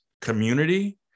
community